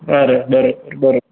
બરો બરોબર